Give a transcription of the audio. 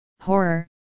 horror